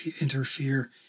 interfere